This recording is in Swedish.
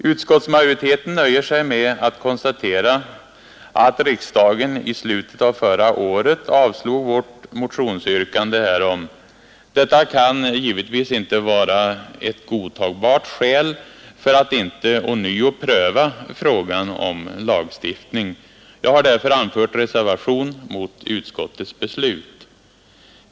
Utskottsmajoriteten nöjer sig med att konstatera att riksdagen i slutet av förra året avslog vårt motionsyrkande härom. Detta kan givetvis inte vara ett godtagbart skäl för att inte ånyo pröva frågan om lagstiftning. Jag har därför anfört reservation mot utskottets beslut.